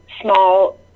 small